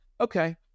okay